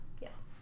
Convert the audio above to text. Yes